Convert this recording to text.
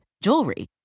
jewelry